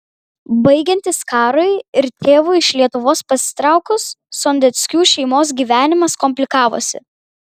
baigiantis karui ir tėvui iš lietuvos pasitraukus sondeckių šeimos gyvenimas komplikavosi